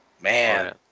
Man